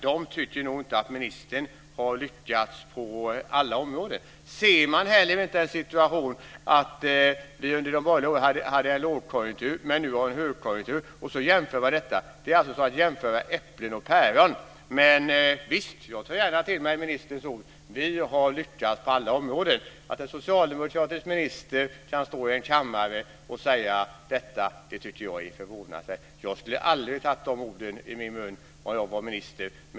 De tycker nog inte att ministern har lyckats på alla områden. Ser man heller inte den situationen att vi under de borgerliga åren hade en lågkonjunktur, men nu har vi haft en högkonjunktur? Att jämföra detta är som att jämföra äpplen och päron. Men visst, jag tar gärna till mig ministerns ord: Vi har lyckats på alla områden. Att en socialdemokratisk minister kan stå i kammaren och säga detta, det tycker jag är förvånansvärt. Jag skulle aldrig ha tagit de orden i min mun om jag var ministern.